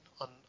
on